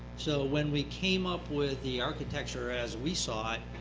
so when we came up with the architecture as we saw it,